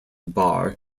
barr